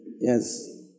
Yes